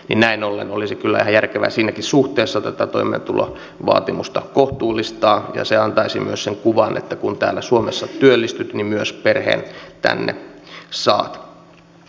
näin ollen olisi kyllä ihan järkevää siinäkin suhteessa tätä toimeentulovaatimusta kohtuullistaa ja se antaisi myös sen kuvan että kun täällä suomessa työllistyt niin myös perheen tänne saat